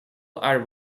are